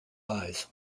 eyes